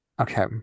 Okay